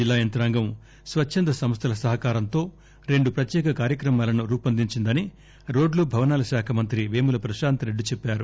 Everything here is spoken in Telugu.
జిల్లా యంత్రాంగం స్పచ్చంద సంస్థల సహకారంతో రెండు ప్రత్యేక కార్యక్రమాలను రుపొందించిందని రోడ్లుభవనాల శాఖ మంత్రి పేముల ప్రశాంత్ రెడ్డి చెప్పారు